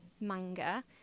Manga